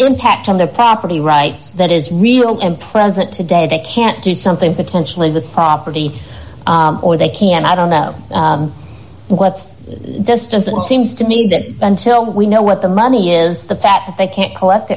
impact on the property rights that is real and present today they can't do something potentially with property or they can i don't know what distance it seems to me that until we know what the money is the fact that they can't collect